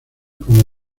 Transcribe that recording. como